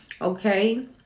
okay